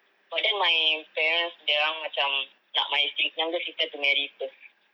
but then my parents dia orang macam nak my sis my younger sister to marry first